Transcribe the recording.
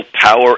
power